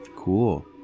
Cool